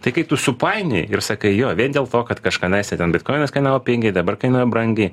tai kai tu supainiojai ir sakai jo vien dėl to kad kažkadaise ten bitkoinas kainavo pigiai dabar kainuoja brangiai